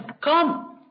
Come